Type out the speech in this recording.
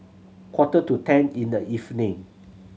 quarter to ten in the evening